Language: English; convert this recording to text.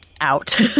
out